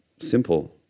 Simple